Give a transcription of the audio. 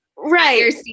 Right